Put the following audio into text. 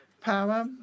power